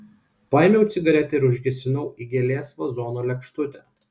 paėmiau cigaretę ir užgesinau į gėlės vazono lėkštutę